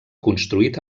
construït